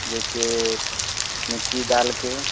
जैसे मिट्टी डालकर